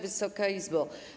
Wysoka Izbo!